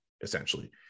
essentially